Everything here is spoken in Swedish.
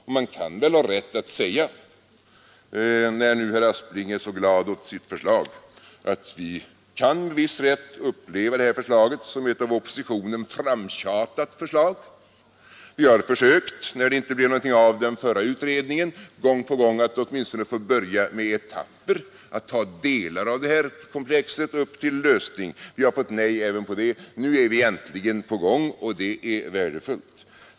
Och man kan väl ha rätt att säga, när nu herr Aspling är så glad åt sitt förslag, att vi kan med viss rätt uppleva det här förslaget som ett av oppositionen framtjatat förslag. Vi har gång på gång försökt, när det inte blev någonting av den förra utredningen, att åtminstone få börja med etapper, med att ta delar av det här komplexet för att nå upp till en lösning. Vi har fått nej även på det. Nu är detta äntligen på gång, och det är värdefullt.